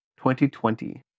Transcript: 2020